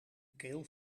keel